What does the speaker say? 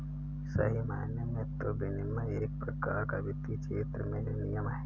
सही मायने में तो विनियमन एक प्रकार का वित्तीय क्षेत्र में नियम है